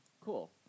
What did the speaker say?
Cool